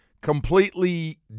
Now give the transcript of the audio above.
completely